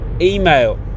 email